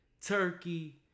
Turkey